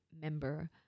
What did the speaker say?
member